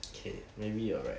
K maybe you are right